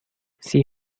see